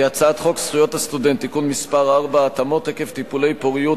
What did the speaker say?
הצעת חוק זכויות הסטודנט (תיקון מס' 4) (התאמות עקב טיפולי פוריות,